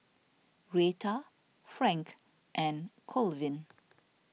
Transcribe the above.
Rheta Frank and Colvin